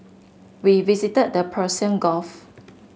we visited the Persian Gulf